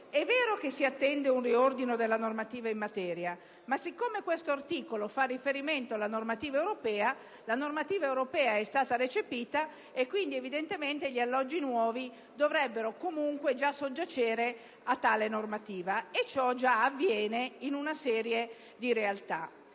È vero che si attende un riordino della normativa in materia, ma siccome questo articolo fa riferimento alla normativa europea, che è stata recepita, evidentemente gli alloggi nuovi dovrebbero soggiacere a tale normativa: del resto ciò già avviene in una serie di realtà.